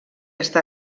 està